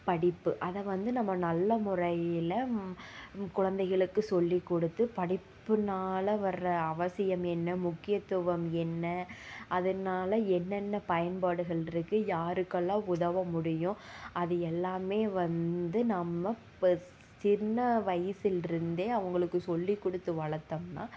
படிப்பு அதை வந்து நம்ம நல்ல முறையில் குழந்தைகளுக்கு சொல்லிக் கொடுத்து படிப்புனால வர்ற அவசியம் என்ன முக்கியத்துவம் என்ன அதனால் என்னன்ன பயன்பாடுகள் இருக்கு யாருக்கெல்லாம் உதவ முடியும் அது எல்லாம் வந்து நம்ம இப்போ சின்ன வயசிலிருந்தே அவங்களுக்கு சொல்லிக் கொடுத்து வளத்தோம்னா